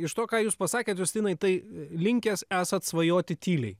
iš to ką jūs pasakėt justinai tai linkęs esat svajoti tyliai